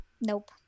nope